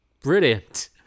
brilliant